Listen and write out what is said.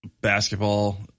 basketball